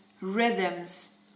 rhythms